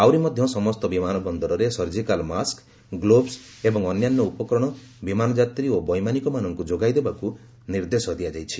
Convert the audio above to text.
ଆହୁରି ମଧ୍ୟ ସମସ୍ତ ବିମାନ ବନ୍ଦରରେ ସର୍ଜିକାଲ୍ ମାସ୍କ ଗ୍ଲୋବ୍ସ ଏବଂ ଅନ୍ୟାନ୍ୟ ସମସ୍ତ ଉପକରଣ ବିମାନଯାତ୍ରୀ ଏବଂ ବୈମାନିକମାନଙ୍କୁ ଯୋଗାଇଦେବାକୁ ନିର୍ଦ୍ଦେଶ ଦିଆଯାଇଛି